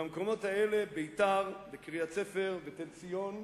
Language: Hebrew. במקומות האלה, ביתר וקריית-ספר ותל-ציון,